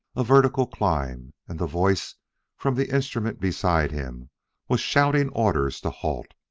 a vertical climb and the voice from the instrument beside him was shouting orders to halt.